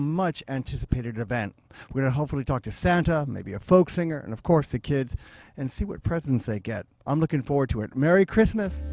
much anticipated event will hopefully talk to santa maybe a folk singer and of course the kids and see what presents they get i'm looking forward to it merry christmas